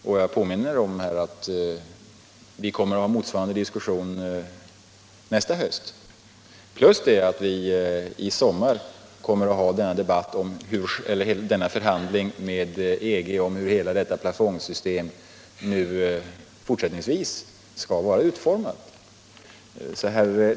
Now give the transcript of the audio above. Och jag påminner om att vi kommer att ha motsvarande diskussion nästa höst, förutom att vi till sommaren kommer att ha en förhandling inom EG om hur hela detta plafondsystem fortsättningsvis skall utformas.